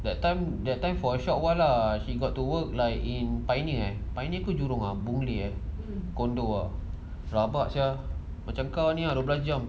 that time that time for a short while lah she got to work like in pioneer eh pioneer ke jurong ah boon lay condo ah rabak sia macam kau ni lah dua belas jam